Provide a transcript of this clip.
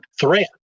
threat